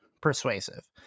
persuasive